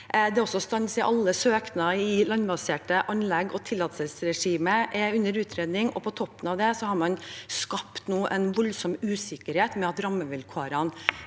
alle søknader i landbaserte anlegg, og tillatelsesregimet er under utredning. På toppen av det har man nå skapt en voldsom usikkerhet ved at rammevilkårene